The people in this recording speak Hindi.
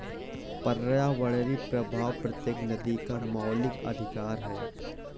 पर्यावरणीय प्रवाह प्रत्येक नदी का मौलिक अधिकार है